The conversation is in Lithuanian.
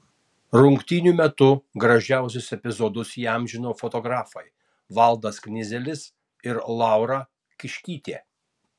rungtynių metu gražiausius epizodus įamžino fotografai valdas knyzelis ir laura kiškytė